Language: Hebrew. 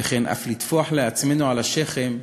וכן אף לטפוח לעצמנו על השכם,